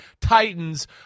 Titans